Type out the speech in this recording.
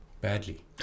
badly